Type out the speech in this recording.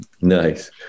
nice